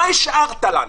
מה השארת לנו?